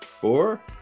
four